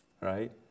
Right